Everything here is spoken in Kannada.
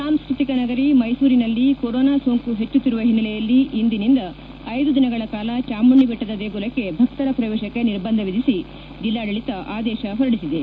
ಸಾಂಸ್ಟೃತಿಕ ನಗರಿ ಮೈಸೂರಿನಲ್ಲಿ ಕೊರೋನಾ ಸೋಂಕು ಹೆಚ್ಚುತ್ತಿರುವ ಹಿನ್ನೆಲೆಯಲ್ಲಿ ಇಂದಿನಿಂದ ಐದು ದಿನಗಳ ಕಾಲ ಚಾಮುಂಡಿಬೆಟ್ಟದ ದೇಗುಲಕ್ಷಿ ಭಕ್ತರ ಪ್ರವೇಶಕ್ಷಿ ನಿರ್ಬಂಧ ವಿಧಿಸಿ ಜಿಲ್ಲಾಡಳಿತ ಆದೇಶ ಹೊರಡಿಸಿದೆ